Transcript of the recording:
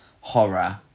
horror